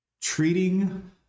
treating